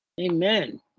amen